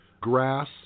grass